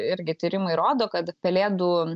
irgi tyrimai rodo kad pelėdų